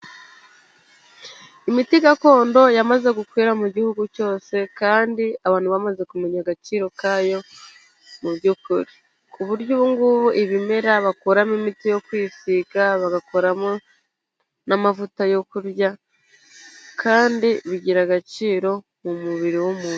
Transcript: Imiti gakondo yamaze gukwira mu gihugu cyose kandi abantu bamaze kumenya agaciro kayo mu by'ukuri. Ku buryo ubu ngubu ibimera bakoramo imiti yo kwisiga, bagakoramo n'amavuta yo kurya kandi bigira agaciro mu mubiri w'umuntu.